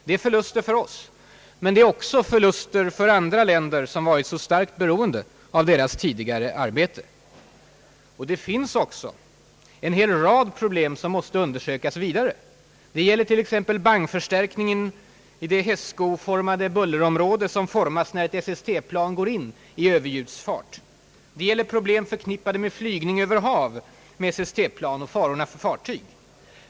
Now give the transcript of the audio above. Det är förluster för oss och för andra länder, som varit så starkt beroende av deras tidigare arbete. Och det finns också en hel rad problem som måste undersökas vidare. Det gäller t.ex. bangförstärkningen i det hästskoformade bullerområde som formas när ett SST-plan går in i överljudsfart. Det gäller problem förknippade med flygning över hav med SST-plan och farorna för fartyg.